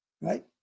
Right